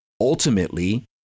ultimately